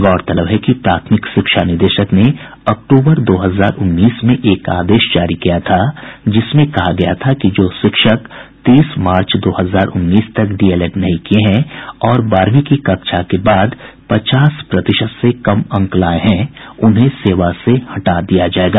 गौरतलब है कि प्राथमिक शिक्षा निदेशक ने अक्टूबर दो हजार उन्नीस में एक आदेश जारी किया था जिसमें कहा गया था कि जो शिक्षक तीस मार्च दो हजार उन्नीस तक डीएलएड नहीं किये हैं और बारहवीं की कक्षा के बाद पचास प्रतिशत से कम अंक लाये हैं उन्हें सेवा से हटा दिया जायेगा